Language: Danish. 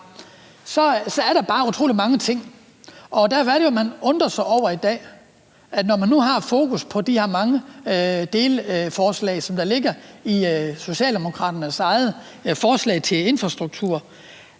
er der bare utrolig mange ting. Derfor er det jo, jeg undrer mig over i dag, når man nu har fokus på de her mange delforslag, der ligger i Socialdemokraternes eget forslag til infrastruktur,